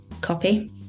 copy